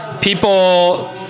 people